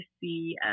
see